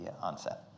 onset